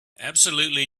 absolutely